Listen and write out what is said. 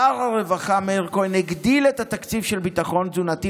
שר הרווחה מאיר כהן הגדיל את התקציב של ביטחון תזונתי.